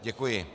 Děkuji.